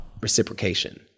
reciprocation